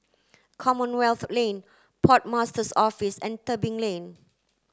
Commonwealth Lane Port Master's Office and Tebing Lane